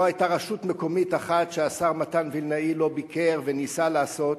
לא היתה רשות מקומית אחת שהשר מתן וילנאי לא ביקר וניסה לעשות.